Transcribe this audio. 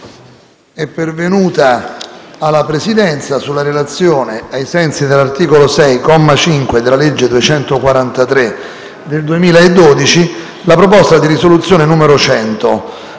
è pervenuta alla Presidenza, sulla relazione ai sensi dell'articolo 6, comma 5, della legge n. 243 del 2012, la proposta di risoluzione n. 100,